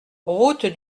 route